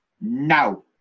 now